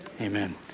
amen